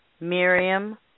Miriam